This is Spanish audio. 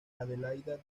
adelaida